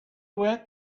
went